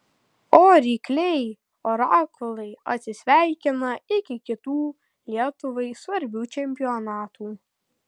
o rykliai orakulai atsisveikina iki kitų lietuvai svarbių čempionatų